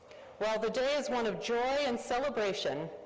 while the day is one of joy and celebration,